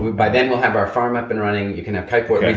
by then we'll have our farm up and running. you can have kite board.